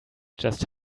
just